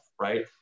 right